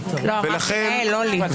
אמרתי "לאל", לא לי.